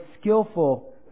skillful